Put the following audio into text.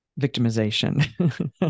victimization